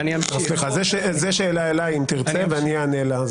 זו שאלה אליי, אם תרצה, ואני אענה עליה.